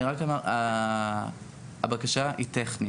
אני רק אומר הבקשה היא טכנית.